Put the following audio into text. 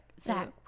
zach